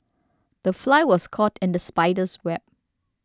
the fly was caught in the spider's web